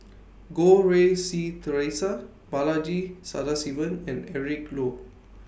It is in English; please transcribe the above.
Goh Rui Si Theresa Balaji Sadasivan and Eric Low